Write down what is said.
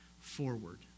Forward